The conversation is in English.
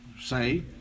say